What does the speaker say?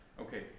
Okay